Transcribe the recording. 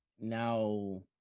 now